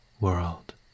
world